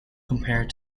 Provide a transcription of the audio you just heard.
compared